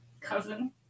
cousin